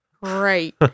right